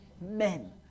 men